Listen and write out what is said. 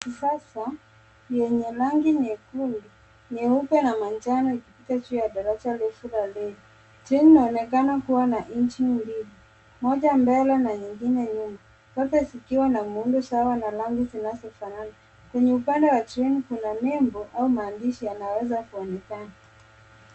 Treni la kisasa lenye rangi nyekundu, nyeupe na manjano ikipita juu ya daraja refu la reli. Treni inaonekana kuwa injini mbili, moja na nyingine nyuma zote zikiwa na muundo na rangi zinazofanana. Kwenye upande wa treni kuna nembo au maandishi yanayoweza kuonekana.